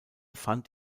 fand